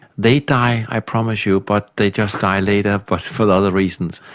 they die, i promise you, but they just die later but for other reasons.